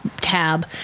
tab